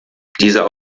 dieser